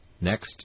Next